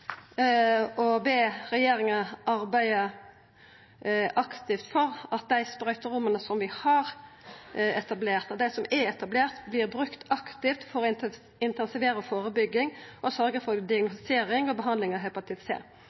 be regjeringa arbeida aktivt for at dei sprøyteromma som er etablerte, vert brukte aktivt for å intensivera førebygging og sørgja for diagnostisering og behandling av hepatitt